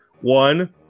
One